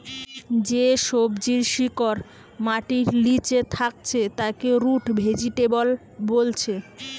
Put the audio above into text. যে সবজির শিকড় মাটির লিচে থাকছে তাকে রুট ভেজিটেবল বোলছে